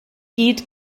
gyd